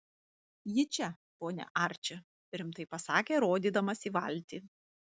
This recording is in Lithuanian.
ji čia pone arči rimtai pasakė rodydamas į valtį